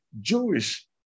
Jewish